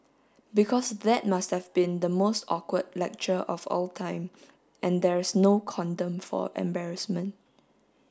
because that must have been the most awkward lecture of all time and there's no condom for embarrassment